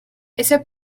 ese